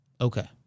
Okay